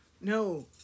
no